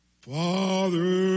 Father